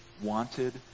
wanted